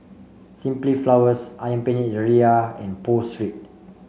Simply Flowers ayam Penyet Ria and Pho Street